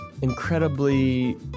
incredibly